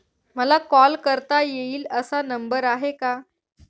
मला कॉल करता येईल असा नंबर आहे का?